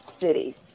city